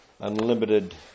unlimited